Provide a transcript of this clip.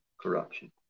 Corruption